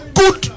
good